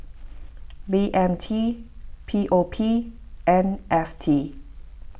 B M T P O P and F T